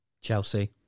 Chelsea